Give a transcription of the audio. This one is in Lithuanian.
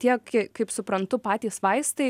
tie kaip suprantu patys vaistai